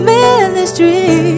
ministry